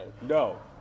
No